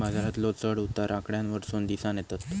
बाजारातलो चढ उतार आकड्यांवरसून दिसानं येतत